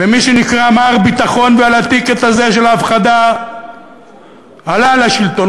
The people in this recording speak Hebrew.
ומי שנקרא מר ביטחון ועל ה"טיקט" הזה של ההפחדה עלה לשלטון,